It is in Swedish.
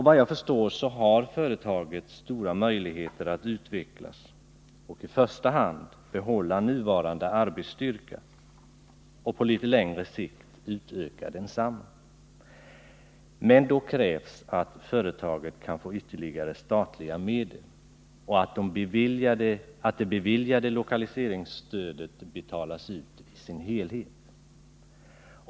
Vad jag förstår har företaget stora möjligheter att utvecklas och atti första hand behålla nuvarande arbetsstyrka och på litet längre sikt utöka densamma. Men då krävs att företaget kan få ytterligare statliga medel och att det beviljade lokaliseringsstödet betalas ut i sin helhet.